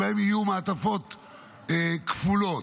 ובהם יהיו מעטפות כפולות.